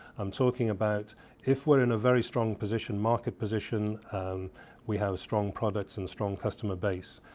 i'm talking about if we are in a very strong position, market position we have strong products, and strong customer base,